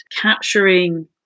capturing